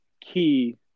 key